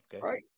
right